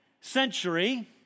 century